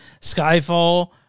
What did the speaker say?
Skyfall